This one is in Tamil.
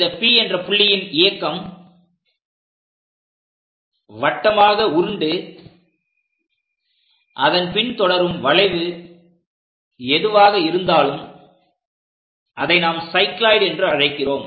இந்த P என்ற புள்ளியின் இயக்கம் வட்டமாக உருண்டு அதை பின் தொடரும் வளைவு எதுவாக இருந்தாலும் அதை நாம் சைக்ளோயிட் என்று அழைக்கிறோம்